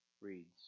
reads